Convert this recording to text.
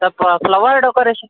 ಸ್ವಲ್ಪ flower decoration